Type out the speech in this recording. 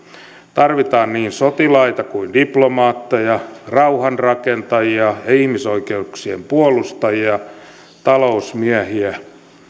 tarvitaan niin sotilaita kuin diplomaatteja rauhanrakentajia ja ihmisoikeuksien puolustajia talousmiehiä